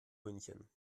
münchen